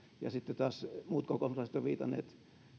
ja sitten taas muut kokoomuslaiset ovat viitanneet